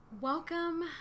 Welcome